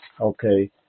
okay